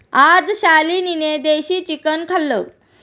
आज शालिनीने देशी चिकन खाल्लं